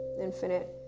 infinite